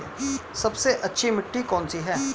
सबसे अच्छी मिट्टी कौन सी है?